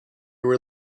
were